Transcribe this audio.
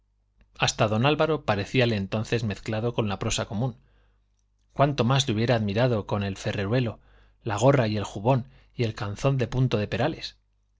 hasta d álvaro parecíale entonces mezclado con la prosa común cuánto más le hubiera admirado con el ferreruelo la gorra y el jubón y el calzón de punto de perales